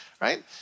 right